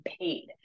paid